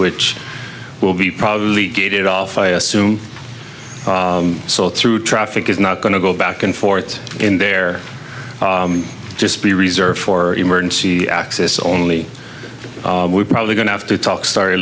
which will be probably get it off i assume so through traffic is not going to go back and forth in there just be reserved for emergency access only we're probably going to have to talk start